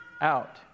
out